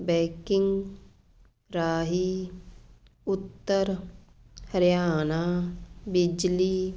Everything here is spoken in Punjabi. ਬੈਂਕਿੰਗ ਰਾਹੀਂ ਉੱਤਰ ਹਰਿਆਣਾ ਬਿਜਲੀ